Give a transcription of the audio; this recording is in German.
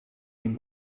ihm